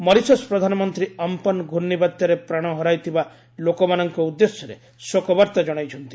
Mauritius ପ୍ରଧାନମନ୍ତ୍ରୀ Amphan ଗର୍ଷିବାତ୍ୟାରେ ପ୍ରାଣ ହରାଇଥିବା ଲୋକମାନଙ୍କ ଉଦ୍ଦେଶ୍ୟରେ ଶୋକବାର୍ତ୍ତା ଜଣାଇଛନ୍ତି